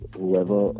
whoever